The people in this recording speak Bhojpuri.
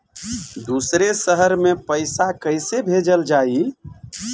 दूसरे शहर में पइसा कईसे भेजल जयी?